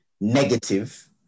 negative